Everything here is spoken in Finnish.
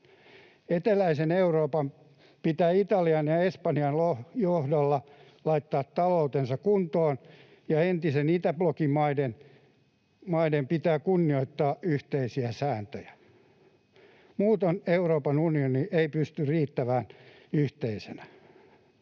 Eteläisen Euroopan pitää Italian ja Espanjan johdolla laittaa taloutensa kuntoon, ja entisen itäblokin maiden pitää kunnioittaa yhteisiä sääntöjä. Muuten Euroopan unioni ei pysy riittävän yhteisenä.